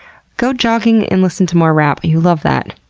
go jogging and listen to more rap. you love that.